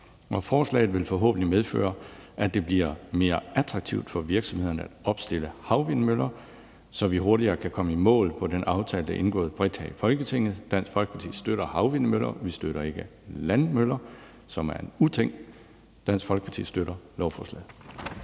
Forslaget vil forhåbentlig medføre, at det bliver mere attraktivt for virksomhederne at opstille havvindmøller, så vi hurtigere kan komme i mål i forhold til den aftale, der er indgået bredt her i Folketinget. Dansk Folkeparti støtter havvindmøller – vi støtter ikke landvindmøller, som er en uting. Dansk Folkeparti støtter lovforslaget.